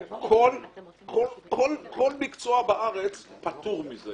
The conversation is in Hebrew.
כל מקצוע בארץ פטור מזה.